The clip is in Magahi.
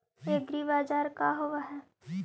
एग्रीबाजार का होव हइ?